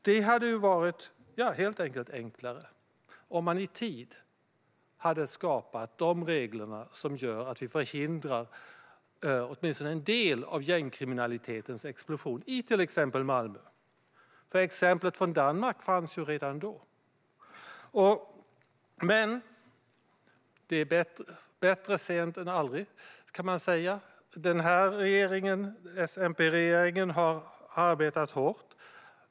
Det hade varit enklare om man i tid hade skapat de regler som gör att vi förhindrar åtminstone en del av gängkriminalitetens explosion i till exempel Malmö. Exemplet från Danmark fanns redan då. Bättre sent än aldrig, kan man säga. S-MP-regeringen har arbetat hårt.